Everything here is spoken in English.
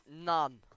None